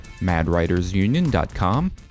madwritersunion.com